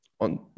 on